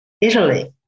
Italy